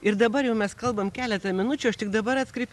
ir dabar jau mes kalbam keletą minučių aš tik dabar atkreipiau